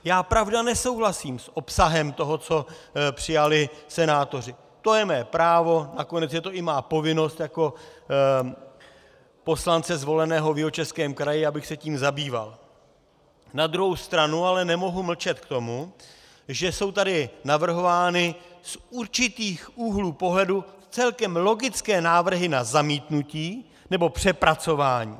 Já, pravda, nesouhlasím s obsahem toho, co přijali senátoři, to je mé právo, nakonec je to i má povinnost jako poslance zvoleného v Jihočeském kraji, abych se tím zabýval, na druhou stranu ale nemohu mlčet k tomu, že jsou tady navrhovány z určitých úhlů pohledu celkem logické návrhy na zamítnutí nebo přepracování.